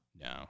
No